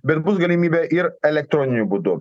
bet bus galimybė ir elektroniniu būdu